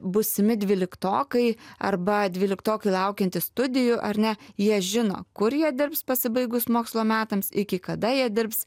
būsimi dvyliktokai arba dvyliktokai laukiantys studijų ar ne jie žino kur jie dirbs pasibaigus mokslo metams iki kada jie dirbs